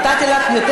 נתתי לך יותר.